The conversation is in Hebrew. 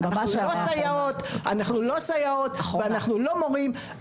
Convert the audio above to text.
אנחנו לא סייעות ואנחנו לא מורים,